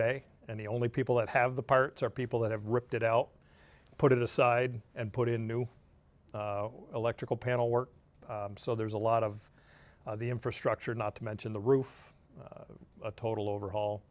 bay and the only people that have the parts are people that have ripped it out put it aside and put in new electrical panel work so there's a lot of the infrastructure not to mention the roof a total overhaul